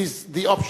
(מחיאות